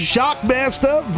Shockmaster